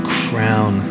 crown